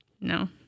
No